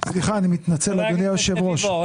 אדוני היושב-ראש,